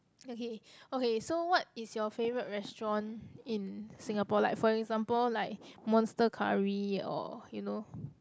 okay okay so what is your favorite restaurant in Singapore like for example like monster-curry or you know